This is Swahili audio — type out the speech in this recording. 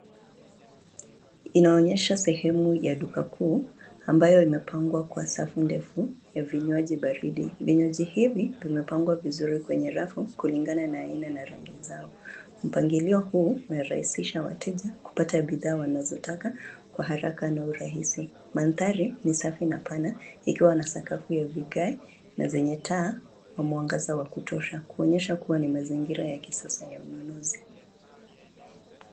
Inaonyesha sehemu ya duka kuu, ambayo imepangwa kwa safu ndefu ya vinywaji baridi. Vinywaji hivi vimepangwa vizuri kwenye rafu kulingana na aina na rangi zao. Mpangilio huu umerahisisha wateja kupata bidhaa wanazotaka kwa haraka na urahisi. Mandhari ni safi na pana, ikiwa na sakafu ya vigae, na zenye taa za mwangaza wa kutosha, kuonyesha kuwa ni mazingira ya kisasa ya ununuzi.